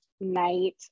night